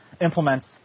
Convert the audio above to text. implements